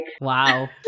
wow